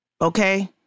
okay